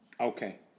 Okay